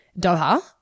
Doha